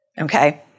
Okay